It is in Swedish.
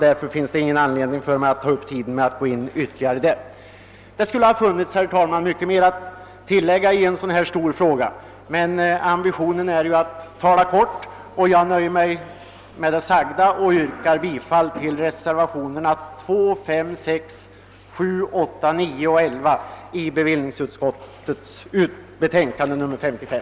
Därför finns det ingen anledning för mig att ta upp tiden med att ytterligare beröra saken. Det skulle vara åtskilligt mer att tilllägga i denna stora fråga. Men ambitionen är ju att tala kort, och jag nöjer mig därför med det sagda och yrkar bifall till reservationerna 2, 5, 6, 7, 8, 9 och 11 i bevillningsutskottets betänkande nr 55.